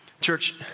Church